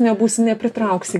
nebūsi nepritrauksi